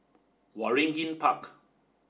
Waringin Park